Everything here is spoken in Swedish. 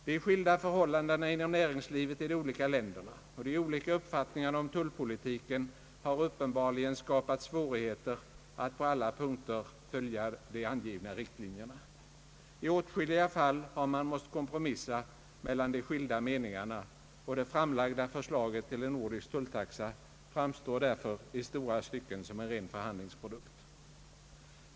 De skilda förhållandena inom näringslivet i de olika länderna och de olika uppfattningarna om tullpolitiken har uppenbarligen skapat svårigheter att på alla punkter följa de angivna riktlinjerna. I åtskilliga fall har man måst kompromissa mellan de skilda meningarna, och det framlagda förslaget till en nordisk tuiltaxa framstår därför i stora stycken som en ren förhandlingsprodukt.